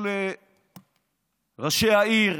כל ראשי העיריות: